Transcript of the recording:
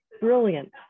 brilliant